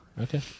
okay